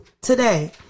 today